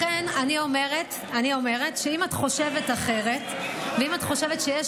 לכן אני אומרת שאם את חושבת אחרת ואם את חושבת שיש